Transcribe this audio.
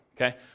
okay